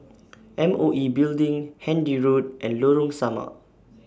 M O E Building Handy Road and Lorong Samak